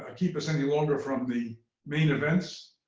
ah keep us any longer from the main events.